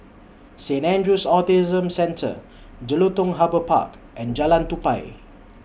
Saint Andrew's Autism Centre Jelutung Harbour Park and Jalan Tupai